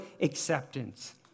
acceptance